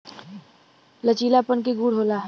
लचीलापन के गुण होला